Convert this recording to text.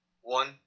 one